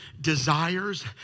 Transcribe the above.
desires